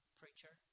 preacher